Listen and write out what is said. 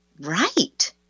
right